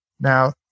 Now